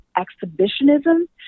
exhibitionism